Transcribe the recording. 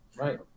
Right